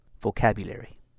vocabulary